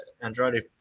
Andrade